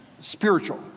Spiritual